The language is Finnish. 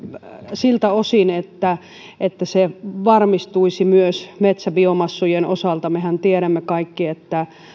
siltä osin että että se varmistuisi myös metsäbiomassojen osalta mehän tiedämme kaikki että